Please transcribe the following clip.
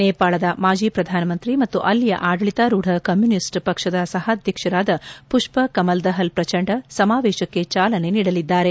ನೇಪಾಳದ ಮಾಜಿ ಪ್ರಧಾನಮಂತ್ರಿ ಮತ್ತು ಅಲ್ಲಿಯ ಆಡಳಿತಾರೂಢ ಕಮ್ಯೂನಿಸ್ಟ್ ಪಕ್ಷದ ಸಹಾಧ್ಯಕ್ಷರಾದ ಮಷ್ಪ ಕಮಲ್ದಪಲ್ ಪ್ರಚಂಡ ಸಮಾವೇಶಕ್ಕೆ ಚಾಲನೆ ನೀಡಲಿದ್ದಾರೆ